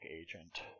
agent